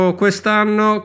quest'anno